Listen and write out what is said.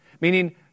Meaning